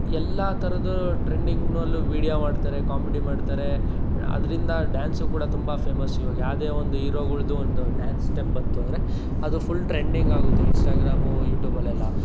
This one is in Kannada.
ಎಲ್ಲ ಥರದ ಟ್ರೆಂಡಿಂಗ್ನಲ್ಲೂ ವೀಡಿಯೋ ಮಾಡ್ತಾರೆ ಕಾಮಿಡಿ ಮಾಡ್ತಾರೆ ಅದರಿಂದ ಡ್ಯಾನ್ಸು ಕೂಡ ತುಂಬ ಫೇಮಸ್ ಇವಾಗ ಯಾವುದೇ ಒಂದು ಈರೋಗಳ್ದು ಒಂದು ಡ್ಯಾನ್ಸ್ ಸ್ಟೆಪ್ ಬಂತು ಅಂದರೆ ಅದು ಫುಲ್ ಟ್ರೆಂಡಿಂಗ್ ಆಗುತ್ತೆ ಇನ್ಷ್ಟಾಗ್ರಾಮು ಯೂಟ್ಯೂಬಲೆಲ್ಲ